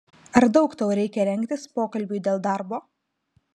ar daug tau reikia rengtis pokalbiui dėl darbo